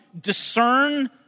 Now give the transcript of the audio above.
discern